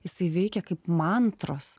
jisai veikia kaip mantros